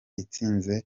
itsinze